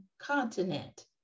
continent